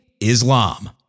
Islam